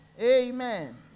Amen